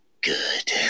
good